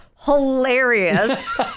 hilarious